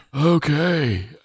Okay